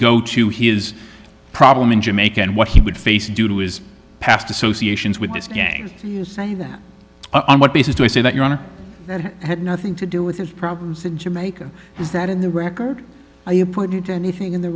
go to his problem in jamaica and what he would face due to his past associations with this gang who say that on what basis do i say that your honor that had nothing to do with his problems in jamaica is that in the record i have put into anything in the